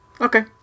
Okay